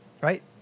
Right